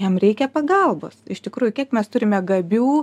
jam reikia pagalbos iš tikrųjų kiek mes turime gabių